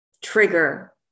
trigger